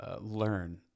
learn